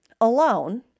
alone